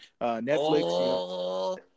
Netflix